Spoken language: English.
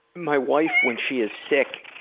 my wife, when she's sick,